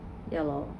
ya lor